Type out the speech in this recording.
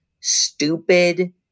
stupid